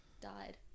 died